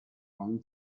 own